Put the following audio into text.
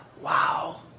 wow